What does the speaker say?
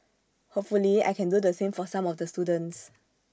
hopefully I can do the same for some of the students